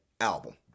album